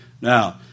Now